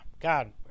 God